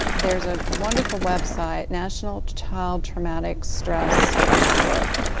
there is a wonderful website, national child traumatic stress network,